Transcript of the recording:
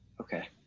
okay